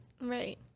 right